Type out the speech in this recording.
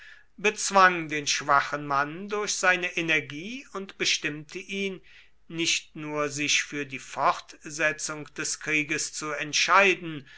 bezwang den schwachen mann durch seine energie und bestimmte ihn nicht nur sich für die fortsetzung des krieges zu entscheiden